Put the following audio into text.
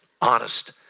honest